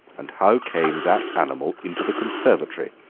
and how came that animal into the conservatory?